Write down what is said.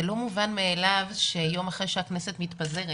זה לא מובן מאליו שיום אחרי שהכנסת מתפזרת